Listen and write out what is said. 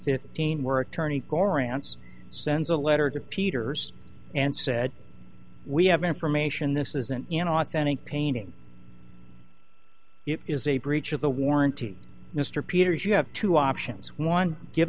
fifteen where attorney koran's sends a letter to peters and said we have information this isn't an authentic painting it is a breach of the warranty mr peters you have two options one give